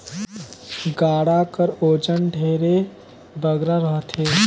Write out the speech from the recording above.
गाड़ा कर ओजन ढेरे बगरा रहथे